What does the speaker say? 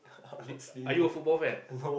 honestly no